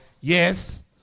yes